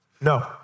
no